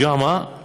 ג'ומעה